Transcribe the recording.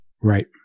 Right